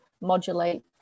modulate